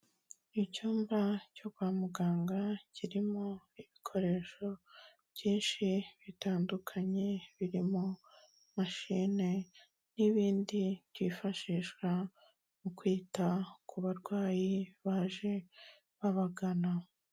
Mu cyumba cyo kwa muganga kirimo ibikoresho byinshi bitandukanye, birimo machine n'ibindi byifashishwa mu kwita ku barwayi baje babagana.